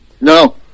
No